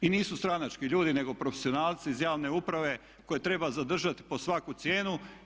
I nisu stranački ljudi nego profesionalci iz javne uprave koje treba zadržati pod svaku cijenu.